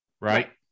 Right